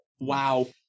wow